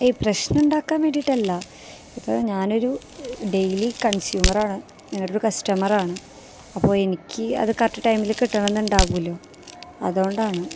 ഏയ് പ്രശ്നമുണ്ടാക്കാന് വേണ്ടിയിട്ടല്ല ഇത് ഞാനൊരു ഡെയിലി കണ്സ്യൂമറാണ് നിങ്ങളുടെയൊരു കസ്റ്റമറാണ് അപ്പോൾ എനിക്ക് അത് കറക്റ്റ് ടൈമിൽ കിട്ടണമെന്നുണ്ടാകുമല്ലോ അതു കൊണ്ടാണ്